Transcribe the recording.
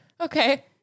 Okay